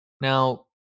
Now